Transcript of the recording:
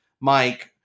Mike